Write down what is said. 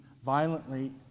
Violently